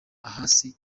ahari